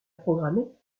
programmer